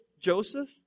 joseph